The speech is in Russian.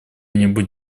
нибудь